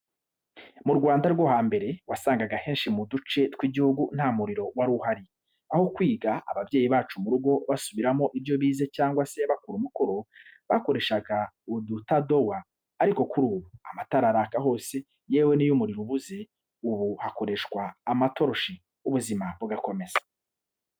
Mu Rwanda rwo hambere, wasangaga henshi mu duce tw’igihugu nta muriro wari uhari. Aho kwiga ababyeyi bacu mu rugo basubiramo ibyo bize cyangwa se bakora umukoro, barakoreshaga udutadowa. Ariko kuri ubu, amatara araka hose, yewe n’iyo umuriro ubuze, ubu hakoreshwa amatoroshi, ubuzima bugakomeza.